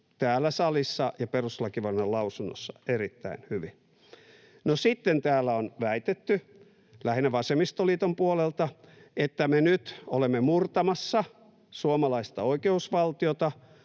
täällä salissa ja perustuslakivaliokunnan lausunnossa erittäin hyvin. No sitten täällä on väitetty, lähinnä vasemmistoliiton puolelta, että me olemme nyt murtamassa suomalaista oikeusvaltiota,